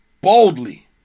Boldly